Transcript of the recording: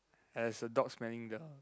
as the dog smelling the